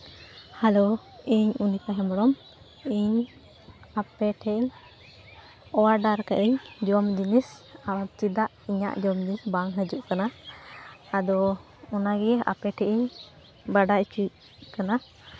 hello ᱤᱧ ᱚᱱᱤᱛᱟ ᱦᱮᱢᱵᱨᱚᱢ ᱤᱧ ᱟᱯᱮ ᱴᱷᱮᱡ ᱚᱰᱟᱨ ᱠᱟᱜ ᱟᱹᱧ ᱡᱚᱢ ᱡᱤᱱᱤᱥ ᱟᱨ ᱪᱮᱫᱟᱜ ᱤᱧᱟᱹᱜ ᱡᱚᱢ ᱡᱤᱱᱤᱥ ᱵᱟᱝ ᱦᱤᱡᱩᱜ ᱠᱟᱱᱟ ᱟᱫᱚ ᱚᱱᱟᱜᱮ ᱟᱯᱮ ᱴᱷᱮᱱ ᱤᱧ ᱵᱟᱰᱟᱭ ᱦᱚᱪᱚᱜ ᱠᱟᱱᱟ